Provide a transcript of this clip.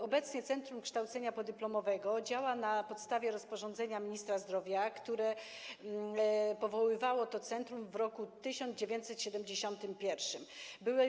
Obecnie centrum kształcenia podyplomowego działa na podstawie rozporządzenia ministra zdrowia, które powołało to centrum w roku 1971.